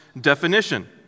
definition